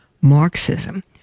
Marxism